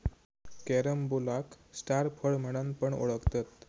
कॅरम्बोलाक स्टार फळ म्हणान पण ओळखतत